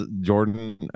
Jordan